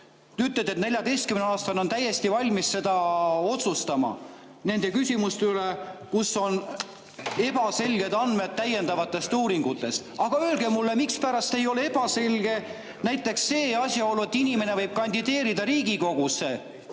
ütlete, et 14-aastane on täiesti valmis otsustama nende küsimuste üle, kus on ebaselged andmed täiendavatest uuringutest. Aga öelge mulle, mispärast ei ole ebaselge näiteks see asjaolu, et inimene võib kandideerida Riigikogusse